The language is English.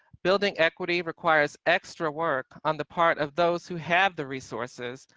building equity requires extra work on the part of those who have the resources,